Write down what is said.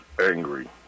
angry